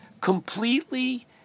completely